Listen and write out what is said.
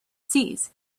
sees